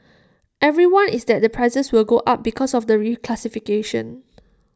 everyone is that the prices will go up because of the reclassification